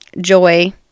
Joy